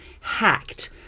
hacked